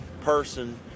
person